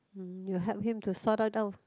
mm you help him to sort that out